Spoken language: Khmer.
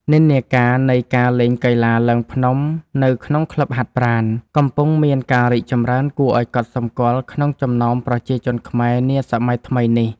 និន្នាការនៃការលេងកីឡាឡើងភ្នំនៅក្នុងក្លឹបហាត់ប្រាណ កំពុងមានការរីកចម្រើនគួរឱ្យកត់សម្គាល់ក្នុងចំណោមប្រជាជនខ្មែរនាសម័យថ្មីនេះ។